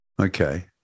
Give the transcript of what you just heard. Okay